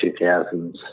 2000s